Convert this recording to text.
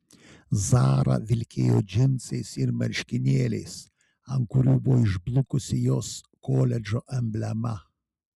zara vilkėjo džinsais ir marškinėliais ant kurių buvo išblukusi jos koledžo emblema